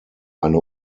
eine